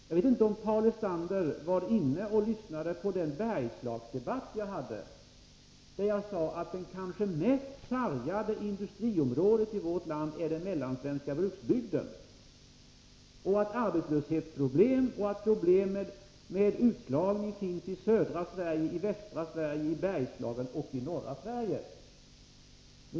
Jag vet inte om Paul Lestander var inne och lyssnade på Bergslagsdebatten, då jag sade att det kanske mest sargade industriområdet i vårt land är den mellansvenska bruksbygden och att arbetslöshetsproblem och problem med utslagning finns såväl i södra och västra Sverige som i Bergslagen och norra Sverige.